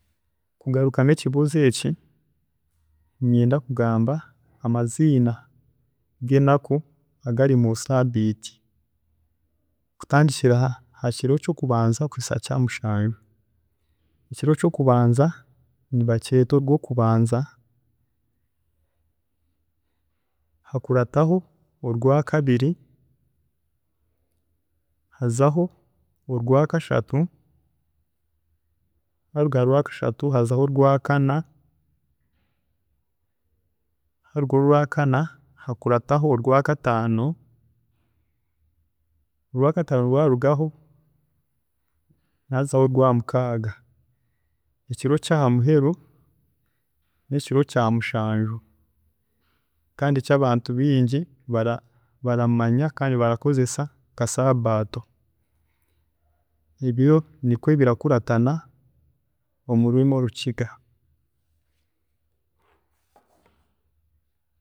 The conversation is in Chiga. ﻿Mukugarukamu ekibuuzo eki, ninyenda kugamba amaziina g'enaku agari mu sabiiti kutandikira ahakiro kyokubanza kuhisya aha kyamushanju. Ekiro kyokubanza nibakyeeta orwokubanza, hakurataho orwakabiri, hazaho orwaakashatu, waruga harwa kashatu hazaho orwaakana, harugaho orwakana hakurataho orwaakataano, orwakataano rwarugaho nihazaho orwaamukaaga, ekiro kyahamuheru nekiro kya mushaanju kandi eki abantu bingi bara baramanya kandi bakakozesa nka saabaato, ebyo nikwe birakuratana omu rurimi orukiga.